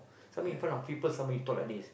something in front of people something you talk like this